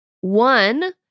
One